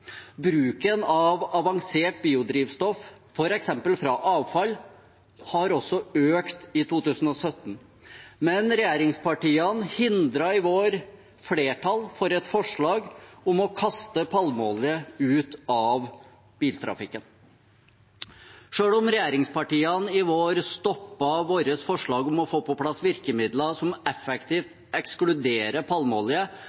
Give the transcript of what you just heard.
Bruken av avansert biodrivstoff, f.eks. fra avfall, har også økt i 2017 – men regjeringspartiene hindret i vår flertall for et forslag om å kaste palmeolje ut av biltrafikken. Selv om regjeringspartiene i vår stoppet vårt forslag om å få på plass virkemidler som